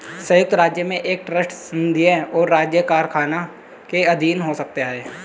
संयुक्त राज्य में एक ट्रस्ट संघीय और राज्य कराधान के अधीन हो सकता है